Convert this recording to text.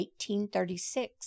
1836